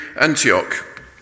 Antioch